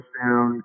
down